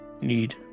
need